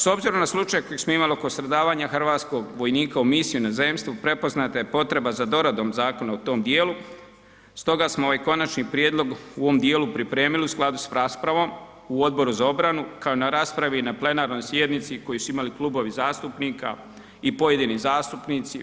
S obzirom na slučaj koji smo imali oko stradavanja hrvatskog vojnika u misiji u inozemstvu prepoznata je potreba za doradom zakona u tom dijelu stoga smo ovaj konačni prijedlog u ovom dijelu pripremili u skladu sa raspravom u Odboru za obranu kao i na raspravi na plenarnoj sjednici koju su imali klubovi zastupnika pojedini zastupnici.